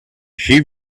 she